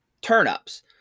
turnips